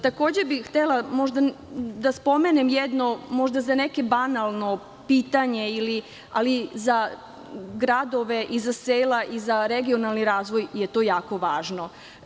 Takođe, bih htela da spomenem jedno, možda za neke banalno pitanje, ali za gradove i za sela i za regionalni razvoj je to jako važno.